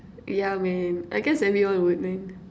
yeah man I guess everyone would man